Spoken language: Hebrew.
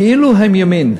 כאילו הם ימין,